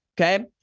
Okay